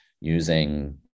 using